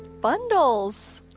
bundles!